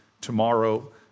tomorrow